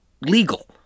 legal